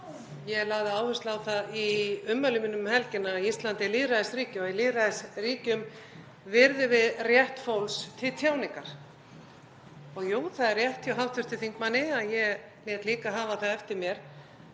ég lagði áherslu á það í ummælum mínum um helgina að Ísland er lýðræðisríki og í lýðræðisríkjum virðum við rétt fólks til tjáningar. Jú, það er rétt hjá hv. þingmanni að ég lét líka hafa það eftir mér